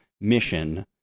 mission